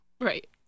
Right